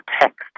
text